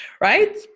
Right